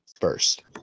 first